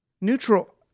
neutral